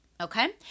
okay